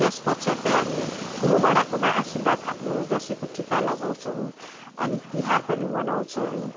त्यसपश्चातै हामी ठुलोबडाकोमा आशीर्वाद थाप्नु दसैँको टिका लगाउँछौँ अनि तिहार पनि मनाउँछौँ